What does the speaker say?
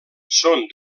són